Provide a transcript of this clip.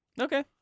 Okay